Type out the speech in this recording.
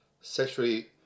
sexually